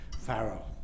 Farrell